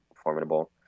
formidable